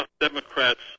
Democrats